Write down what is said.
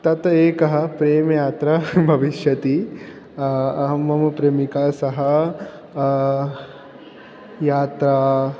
तत् एकः प्रेमयात्रा भविष्यति अहं मम प्रेमिका सह यात्रा